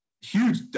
huge